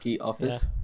office